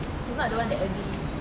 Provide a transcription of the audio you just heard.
he's not the one that agree